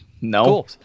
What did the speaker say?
No